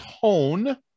tone